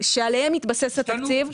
שעליהן התבסס התקציב השתנו,